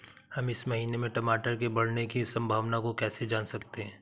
हम इस महीने में टमाटर के बढ़ने की संभावना को कैसे जान सकते हैं?